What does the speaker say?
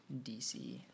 DC